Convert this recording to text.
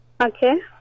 Okay